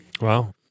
Wow